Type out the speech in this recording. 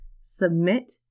Submit